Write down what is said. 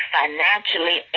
financially